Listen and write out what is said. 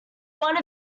one